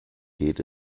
geht